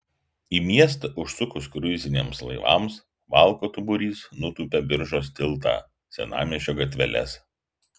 į miestą užsukus kruiziniams laivams valkatų būrys nutūpia biržos tiltą senamiesčio gatveles